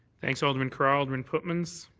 thanks, alderman carra. alderman pootmans?